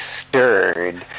stirred